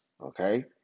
okay